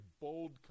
bold